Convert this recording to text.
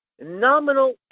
nominal